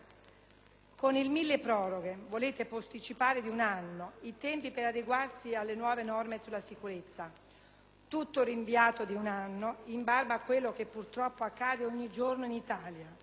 Con il milleproroghe volete posticipare di un anno i tempi per adeguarsi alle nuove norme sulla sicurezza; tutto rinviato di un anno, in barba a quello che purtroppo accade ogni giorno in Italia,